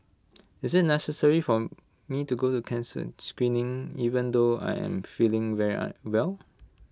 is IT necessary for me to go to cancer screening even though I am feeling very well